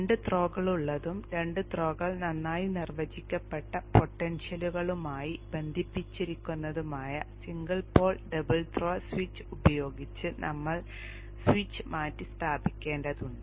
രണ്ട് ത്രോകളുള്ളതും രണ്ട് ത്രോകളും നന്നായി നിർവചിക്കപ്പെട്ട പൊട്ടൻഷ്യലുകളുമായി ബന്ധിപ്പിച്ചിരിക്കുന്നതുമായ single pole double throw switch ഉപയോഗിച്ച് നമ്മൾ സ്വിച്ച് മാറ്റിസ്ഥാപിക്കേണ്ടതുണ്ട്